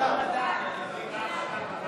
ועדת המדע.